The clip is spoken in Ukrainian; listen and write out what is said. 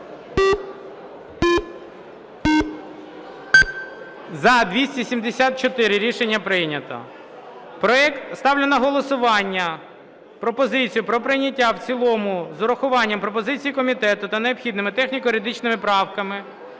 За-274 Рішення прийнято.